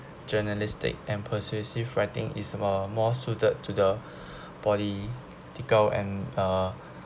journalistic and persuasive writing is about more suited to the political and uh